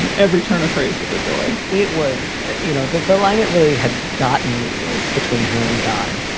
and every turn of phrase was a joy it was, you know, the the line that really had gotten me was between her and god.